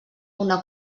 una